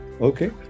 Okay